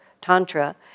Tantra